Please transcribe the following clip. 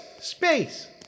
Space